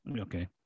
Okay